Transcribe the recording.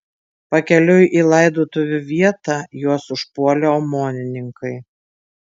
pakeliui į laidotuvių vietą juos užpuolė omonininkai